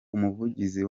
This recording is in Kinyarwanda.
umuvugizi